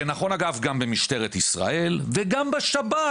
זה נכון גם במשטרת ישראל וגם בשב"כ,